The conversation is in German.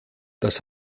das